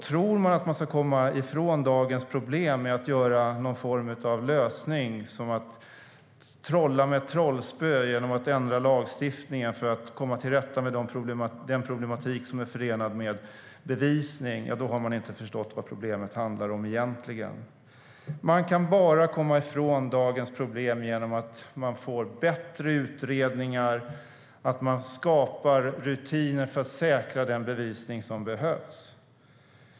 Tror man att man ska komma ifrån dagens problem med någon form av lösning, som att trolla med ett trollspö, genom att ändra lagstiftningen för att komma till rätta med den problematik som är förenad med bevisning har man inte förstått vad problemet egentligen handlar om. Man kan bara komma ifrån dagens problem genom bättre utredningar och genom att skapa rutiner för att säkra den bevisning som behövs.